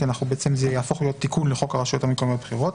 כי בעצם זה יהפוך להיות תיקון לחוק הרשויות המקומיות (בחירות").